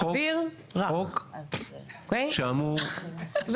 חוק שאמור --- אוויר רך, אוקי?